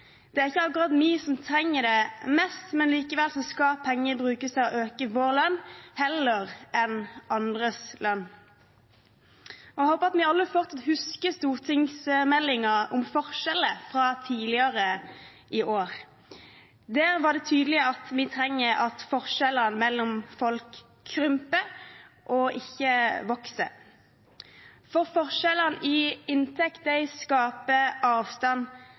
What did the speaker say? Det er ikke akkurat vi som trenger det mest, likevel skal penger brukes til å øke vår lønn heller enn andres lønn. Jeg håper at vi alle fortsatt husker stortingsmeldingen om forskjeller fra tidligere i år. Der var det tydelig at vi trenger at forskjellene mellom folk krymper og ikke vokser. For forskjellene i inntekt skaper avstand